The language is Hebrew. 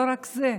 לא רק זה,